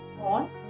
on